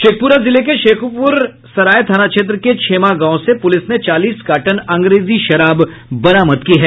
शेखप्रा जिले के शेखोप्र सराय थाना क्षेत्र के क्षेमा गांव से प्रलिस ने चालीस कार्टन अंग्रेजी शराब बरामद की है